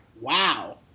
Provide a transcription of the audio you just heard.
Wow